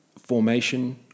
formation